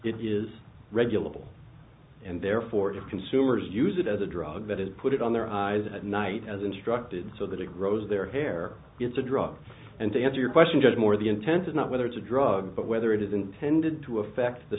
it is regular bill and therefore consumers use it as a drug that is put it on their eyes at night as instructed so that it grows their hair it's a drug and to answer your question just more the intent is not whether it's a drug but whether it is intended to affect the